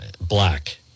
Black